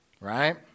right